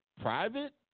private